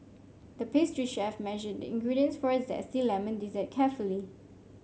the pastry chef measured the ingredients for a zesty lemon dessert carefully